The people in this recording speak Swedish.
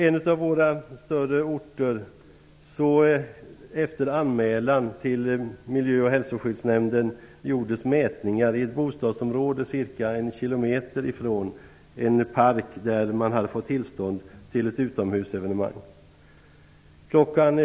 Efter anmälan till miljö och hälsoskyddsnämnden gjordes i en av våra större orter mätningar i ett bostadsområde ca 1 km från en park, där man hade fått tillstånd för ett utomhusevenemang. Kl.